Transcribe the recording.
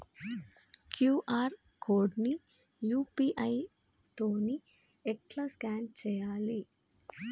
QR code ని UPI తోని ఎట్లా స్కాన్ చేయాలి?